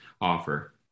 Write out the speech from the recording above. offer